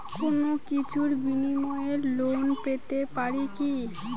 কোনো কিছুর বিনিময়ে লোন পেতে পারি কি?